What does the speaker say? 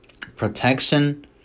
protection